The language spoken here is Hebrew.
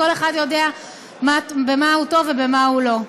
כל אחד יודע במה הוא טוב ובמה הוא לא,